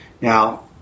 Now